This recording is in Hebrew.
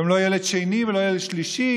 והם לא ילד שני ולא ילד שלישי,